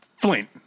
Flint